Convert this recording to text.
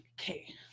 Okay